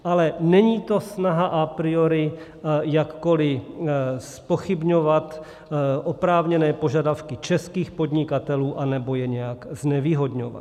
Ale není to snaha a priori jakkoli zpochybňovat oprávněné požadavky českých podnikatelů anebo je nějak znevýhodňovat.